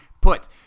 put